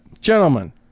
gentlemen